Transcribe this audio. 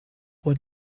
what